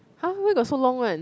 how where got so long one